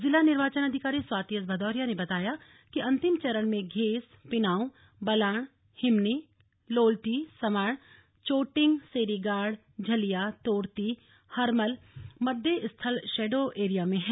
जिला निर्वाचन अधिकारी स्वाति एस भदौरिया ने बताया कि अंतिम चरण में घेस पिनांउ बलाण हिमनी लोल्टी सवाड़ चोटिंग सेरीगाड झलिया तोरती हरमल मतदेय स्थल शैडो एरिया में है